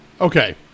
Okay